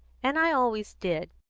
and i always did.